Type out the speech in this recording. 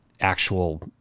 actual